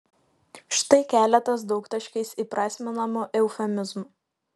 štai keletas daugtaškiais įprasminamų eufemizmų